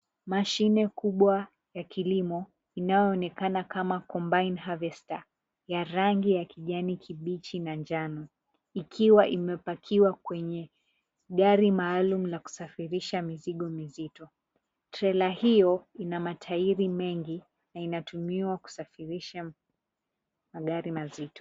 Mashine kubwa ya kilimo kama Combined Harvester ya rangi ya kijani kibichi na njano, ikiwa imepakiwa kwenye gari maalum na kusafirisha mizigo mizito. Trela hiyo ina matairi mengi na inatumiwa kusafirisha magari mazito.